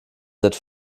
seid